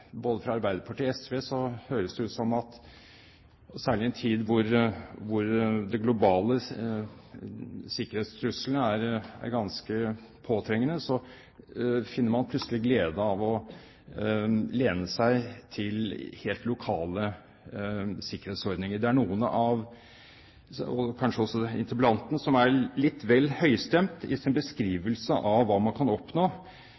både fra Arbeiderpartiet og SV, høres ut som at man, særlig i en tid hvor de globale sikkerhetstruslene er ganske påtrengende, plutselig finner glede i å lene seg til helt lokale sikkerhetsordninger. Det er noen – kanskje også interpellanten – som er litt vel høystemt i sin beskrivelse av hva man kan oppnå